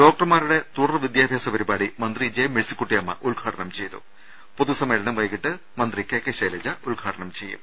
ഡോക്ടർമാ രുടെ തുടർ വിദ്യാഭ്യാസ പരിപാടി മന്ത്രി ജെ മെഴ്സി ക്കു ട്ടിയമ്മ ഉദ് ഘാടനം പൊതുസമ്മേളനം വൈകിട്ട് മന്ത്രി കെ കെ ഗൈലജ ഉദ്ഘാടനം ചെയ്യും